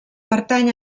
pertany